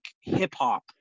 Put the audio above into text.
hip-hop